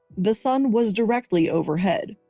the sun was directly overhead.